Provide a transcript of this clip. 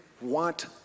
want